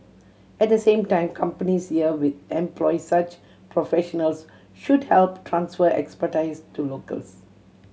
at the same time companies here with employ such professionals should help transfer expertise to locals